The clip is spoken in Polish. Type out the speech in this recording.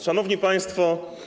Szanowni Państwo!